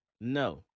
No